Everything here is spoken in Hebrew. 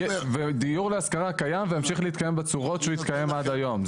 דיור להשכרה קיים והוא ימשיך להתקיים בצורות שהוא התקיים עד היום.